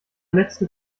letzte